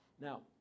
Now